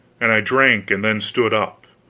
and i drank and then stood up,